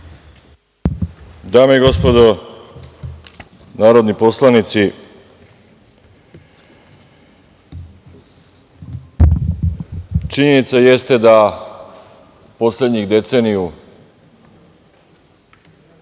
Dame i gospodo narodni poslanici, činjenica jeste da poslednjih deceniju